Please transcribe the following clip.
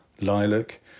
lilac